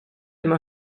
она